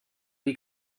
die